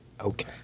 Okay